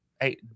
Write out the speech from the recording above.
Hey